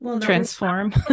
Transform